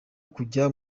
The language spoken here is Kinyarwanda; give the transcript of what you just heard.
kujya